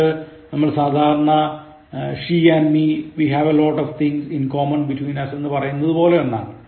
ഇത് നമ്മൾ സാധാരണ she and me we have lot of things in common between us പറയുന്നതുപോലെയുള്ള ഒന്നാണ്